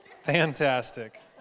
Fantastic